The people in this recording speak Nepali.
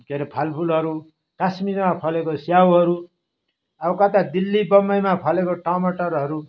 के हरे फालफुलहरू काश्मिरमा फलेको स्याउहरू अब कता दिल्ली बम्बइमा फलेको टमाटरहरू